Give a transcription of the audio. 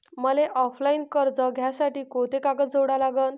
मले ऑफलाईन कर्ज घ्यासाठी कोंते कागद जोडा लागन?